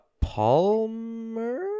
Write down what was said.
Palmer